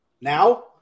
now